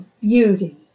beauty